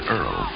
Earl